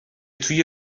توی